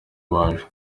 waje